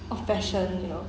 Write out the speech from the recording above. of fashion you know